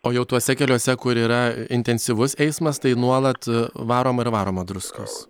o jau tuose keliuose kur yra intensyvus eismas tai nuolat varoma ir varoma druskos